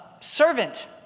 servant